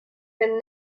than